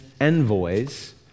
envoys